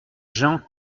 gens